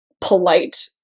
polite